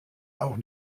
auch